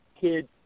kids